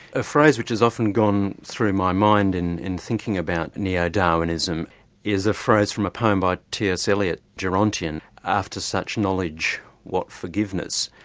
a phrase which has often gone through my mind in in thinking about neo-darwinism is a phrase from a poem by t. s. eliot, gerontion after such knowledge, what forgiveness?